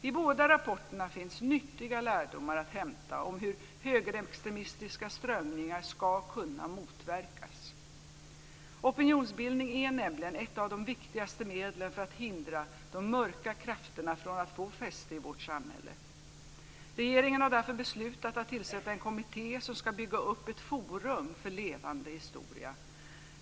I båda rapporterna finns nyttiga lärdomar att hämta om hur högerextremistiska strömningar ska kunna motverkas. Opinionsbildning är nämligen ett av de viktigaste medlen för att hindra de mörka krafterna från att få fäste i vårt samhälle. Regeringen har därför beslutat att tillsätta en kommitté som ska bygga upp ett forum för levande historia.